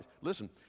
Listen